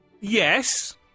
Yes